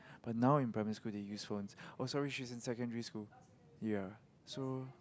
but now in primary school they use phones oh sorry she is in secondary school ya so